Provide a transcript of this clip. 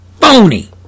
phony